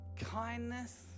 kindness